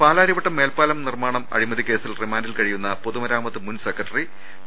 പാലാരിവട്ടം മേൽപ്പാലം നിർമ്മാണം അഴിമതിക്കേസിൽ റിമാന്റിൽ കഴിയുന്ന പൊതുമരാമത്ത് മുൻ സെക്രട്ടറി ടി